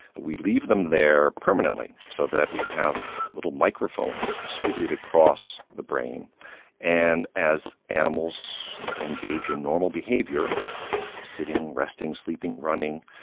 we leave them there permanently so that we have little microphones distributed across the brain and as animals engage in normal behaviour sitting, resting, sleeping, running,